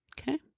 Okay